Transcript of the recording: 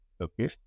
Okay